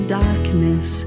darkness